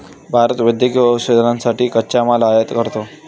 भारत वैद्यकीय औषधांसाठी कच्चा माल आयात करतो